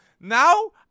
Now